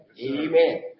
Amen